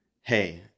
hey